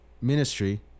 ministry